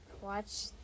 watch